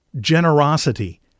generosity